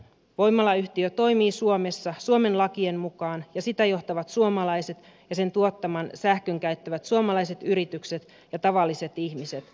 voimalayhtiö toimii suomessa suomen lakien mukaan ja sitä johtavat suomalaiset ja sen tuottaman sähkön käyttävät suomalaiset yritykset ja tavalliset ihmiset